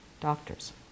doctors